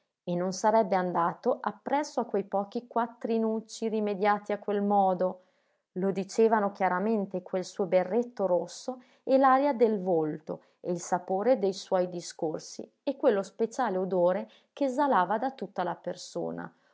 e non sarebbe andato appresso a quei pochi quattrinucci rimediati a quel modo lo dicevano chiaramente quel suo berretto rosso e l'aria del volto e il sapore dei suoi discorsi e quello speciale odore che esalava da tutta la persona